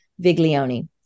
Viglione